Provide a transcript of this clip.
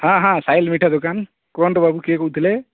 ହଁ ହଁ ସାଇଲି ମିଠା ଦୋକାନ କୁହନ୍ତୁ ବାବୁ କିଏ କହୁଥିଲେ